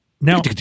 Now